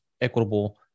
equitable